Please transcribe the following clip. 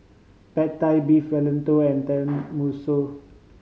Pad Thai Beef Vindaloo and Tenmusu